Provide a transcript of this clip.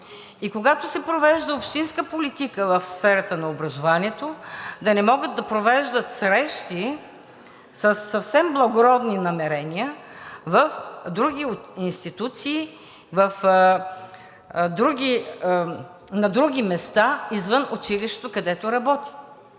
И когато се провежда общинска политика в сферата на образованието, да не могат да провеждат срещи със съвсем благородни намерения в други институции, на други места извън училището, където работят.